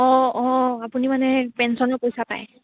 অঁ অঁ আপুনি মানে পেঞ্চনৰ পইচা পায়